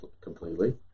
completely